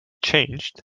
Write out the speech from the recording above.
changed